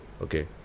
Okay